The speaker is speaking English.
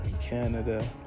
Canada